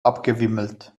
abgewimmelt